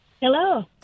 Hello